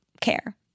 care